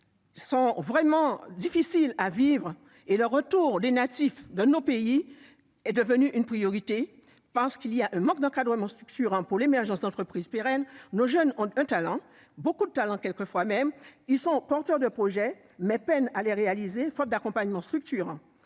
sont difficiles à vivre et le retour des natifs de nos pays est devenu une priorité. En effet, on constate un manque d'encadrement structurant pour l'émergence d'entreprises pérennes. Nos jeunes ont du talent, parfois beaucoup de talent. Ils sont porteurs de projets, mais peinent à les réaliser, faute d'accompagnement structurant.